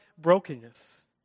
brokenness